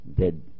dead